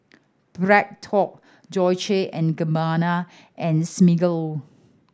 Bread Talk Dolce and Gabbana and Smiggle